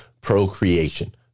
procreation